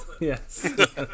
Yes